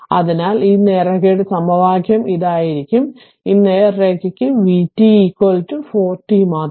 അതിനാൽ ഈ നേർരേഖയുടെ സമവാക്യം ആയിരിക്കും ഈ നേർരേഖയ്ക്ക് v t v t 4 t മാത്രം